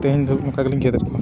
ᱛᱮᱦᱮᱧ ᱫᱚ ᱚᱱᱠᱟ ᱜᱮᱞᱤᱧ ᱜᱮᱫᱮᱫ ᱠᱚᱣᱟ